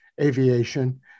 aviation